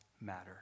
matter